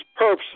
perps